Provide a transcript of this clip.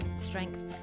strength